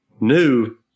new